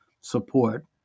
support